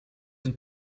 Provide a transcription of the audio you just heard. een